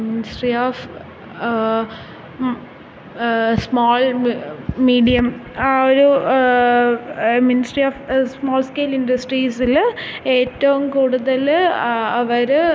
ministry of small medium ആ ഒരു ministry of small scale ഇൻ്റസ്ട്രീസില് ഏറ്റവും കൂടുതൽ അവര്